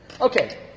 Okay